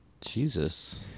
Jesus